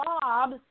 Bob